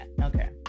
okay